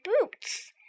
boots